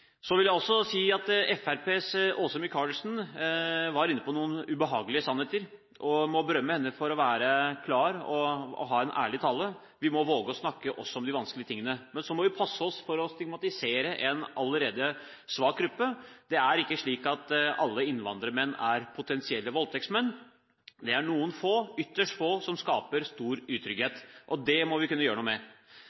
så må vi passe oss for å stigmatisere en allerede svak gruppe. Det er ikke slik at alle innvandrermenn er potensielle voldtektsmenn. Det er noen ytterst få som skaper stor